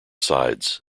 sides